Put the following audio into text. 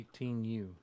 18U